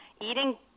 eating